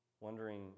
wondering